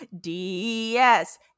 DS